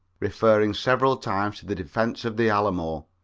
referring several times to the defense of the alamo,